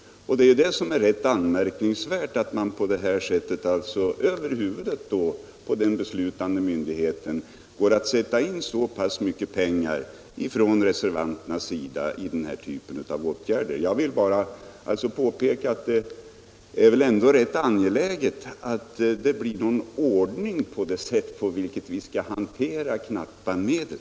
Det är det som är anmärkningsvärt — att reservanterna på detta sätt, över huvudet på den beslutande myndigheten, vill satsa så pass Mycket pengar på den här typen av åtgärder. Jag vill bara påpeka att det väl ändå är rätt angeläget att det blir någon ordning när det gäller det sätt på vilket vi skall hantera knappa medel.